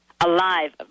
alive